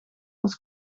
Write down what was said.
als